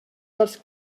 dels